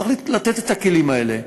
צריך לתת את הכלים האלה.